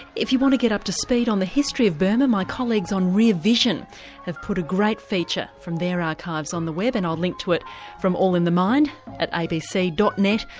if you want to get up to speed on the history of burma my colleagues on rear vision have put a great feature from their archives on the web and i'll link to it from all in the mind at abc. net.